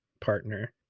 partner